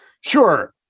Sure